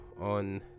on